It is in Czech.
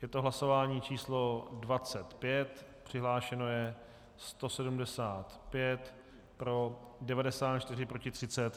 Je to hlasování číslo 25, přihlášeno je 175, pro 94, proti 30.